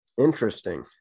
Interesting